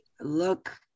look